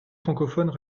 francophones